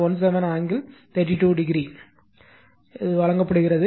17 angle 32o given வழங்கப்படுகிறது